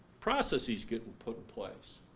processes get and put in place.